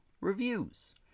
reviews